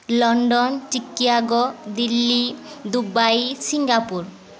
London Chicago Delhi Dubai Singapore